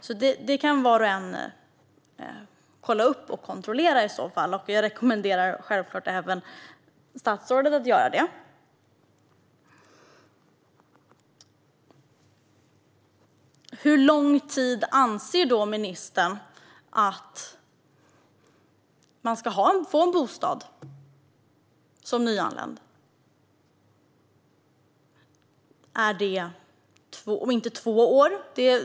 Detta kan var och en kontrollera, och jag rekommenderar självklart även statsrådet att göra det. Under hur lång tid anser ministern att man som nyanländ ska få ha en bostad?